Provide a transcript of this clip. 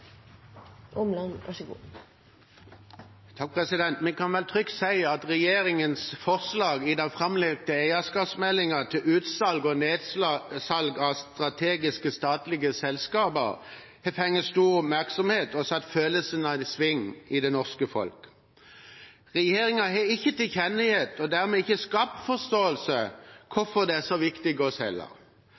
kan vel trygt si at regjeringens forslag i den framlagte eierskapsmeldingen til utsalg og nedsalg av strategiske statlige selskaper har fått stor oppmerksomhet og satt følelsene i sving i det norske folk. Regjeringen har ikke tilkjennegitt og dermed ikke skapt forståelse for hvorfor det er viktig å